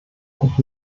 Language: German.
und